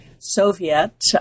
Soviet